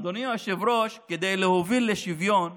אדוני היושב-ראש, כדי להוביל לשוויון,